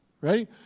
Ready